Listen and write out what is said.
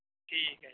ਠੀਕ ਹੈ